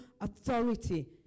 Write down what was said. authority